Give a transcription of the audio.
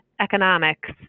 economics